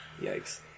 Yikes